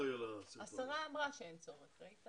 כמעט מיליון.